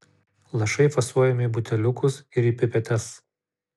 lašai fasuojami į buteliukus ir į pipetes